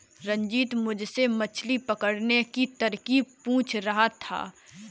रंजित मुझसे मछली पकड़ने की तरकीब पूछ रहा था